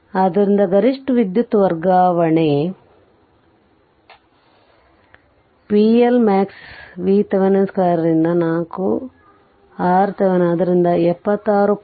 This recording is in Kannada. ಆದ್ದರಿಂದ ಗರಿಷ್ಠ ವಿದ್ಯುತ್ ವರ್ಗಾವಣೆಗೆ pLmax VThevenin 2 ರಿಂದ 4 RThevenin ಆದ್ದರಿಂದ 76